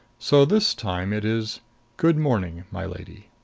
so this time it is good morning, my lady.